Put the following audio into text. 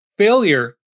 Failure